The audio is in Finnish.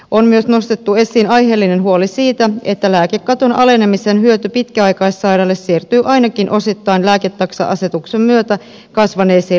on myös nostettu esiin aiheellinen huoli siitä että lääkekaton alenemisen hyöty pitkäaikaissairaille siirtyy ainakin osittain lääketaksa asetuksen myötä kasvaneisiin lääkekustannuksiin